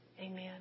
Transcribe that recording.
Amen